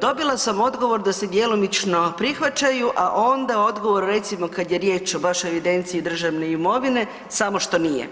Dobila sam odgovor da se djelomično prihvaćaju, a onda odgovor, recimo kad je riječ o vašoj evidenciji državne imovine, samo što nije